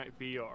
VR